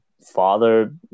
father